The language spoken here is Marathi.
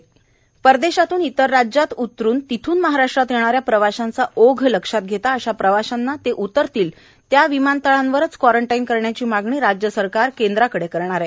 सीएम परदेशातून इतर राज्यात उतरून तिथून महाराष्ट्रात येणाऱ्या प्रवाशांचा ओघ लक्षात घेता अशा प्रवाशांना ते उतरतील त्या विमानतळांवरच क्वारंटाईन करण्याची मागणी राज्य सरकार केंद्राकडे करणार आहे